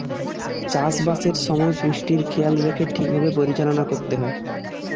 চাষবাসের সময় পুষ্টির খেয়াল রেখে ঠিক ভাবে পরিচালনা করতে হয়